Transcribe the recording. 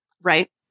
Right